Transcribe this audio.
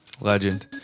Legend